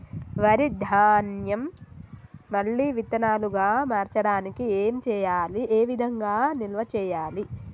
వరి ధాన్యము మళ్ళీ విత్తనాలు గా మార్చడానికి ఏం చేయాలి ఏ విధంగా నిల్వ చేయాలి?